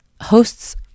hosts